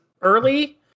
early